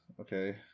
Okay